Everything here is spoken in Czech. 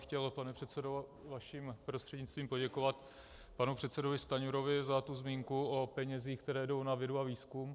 Chtěl bych, pane předsedo, vaším prostřednictvím poděkovat panu předsedovi Stanjurovi za zmínku o penězích, které jdou na vědu a výzkum.